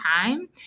time